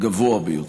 הגבוה ביותר.